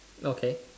okay